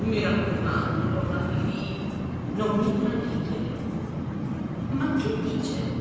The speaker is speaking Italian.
i raccomando donna fifì non mi tradite ma che dice